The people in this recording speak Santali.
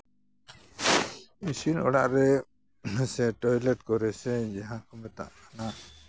ᱤᱥᱤᱱ ᱚᱲᱟᱜ ᱨᱮ ᱥᱮ ᱴᱚᱭᱞᱮᱴ ᱠᱚᱨᱮ ᱥᱮ ᱡᱟᱦᱟᱸ ᱠᱚᱨᱮ ᱫᱟᱜ ᱢᱮᱛᱟᱜ